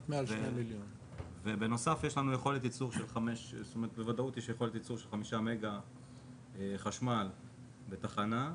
ובנוסף יש יכולת ייצור בוודאות של חמישה מגה חשמל בתחנה.